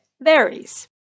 varies